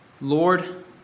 Lord